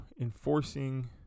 enforcing